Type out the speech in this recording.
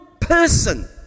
person